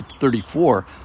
34